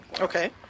Okay